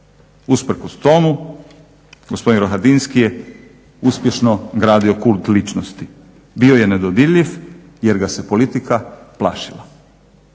Usprkos tome gospodin Rohatinski je uspješno gradio kult ličnosti. Bio je nedodirljiv jer ga se politika plašila.